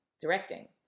directing